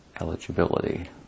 eligibility